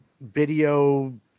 video